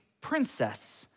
princess